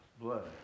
blood